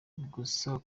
gusa